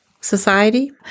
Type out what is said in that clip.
Society